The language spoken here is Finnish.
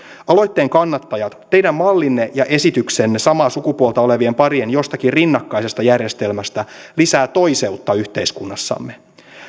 aloitteen kannattajat teidän mallinne ja esityksenne samaa sukupuolta olevien parien jostakin rinnakkaisesta järjestelmästä lisää toiseutta yhteiskunnassamme